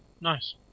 Nice